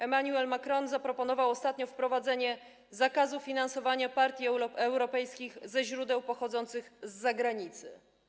Emmanuel Macron zaproponował ostatnio wprowadzenie zakazu finansowania partii europejskich ze źródeł pochodzących z zagranicy.